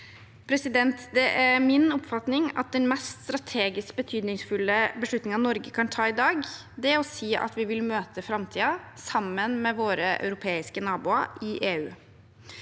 bakover. Det er min oppfatning at den mest strategisk betydningsfulle beslutningen Norge kan ta i dag, er å si at vi vil møte framtiden sammen med våre europeiske naboer i EU.